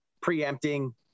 preempting